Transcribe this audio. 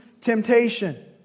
temptation